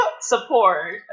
support